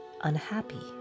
unhappy